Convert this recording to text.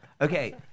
Okay